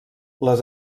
les